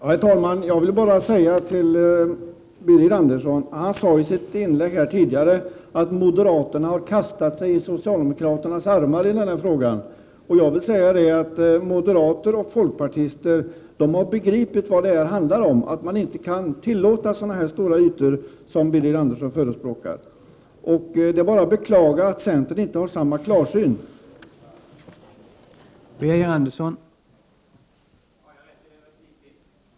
Herr talman! I ett tidigare inlägg sade Birger Andersson att moderaterna har kastat sig i socialdemokraternas armar. Låt mig säga att moderater och folkpartister har förstått vad det handlar om, nämligen att det inte går att tillåta så stora ytor som Birger Andersson förespråkar. Det är bara att beklaga att centern inte har samma klarsyn som vi andra.